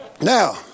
Now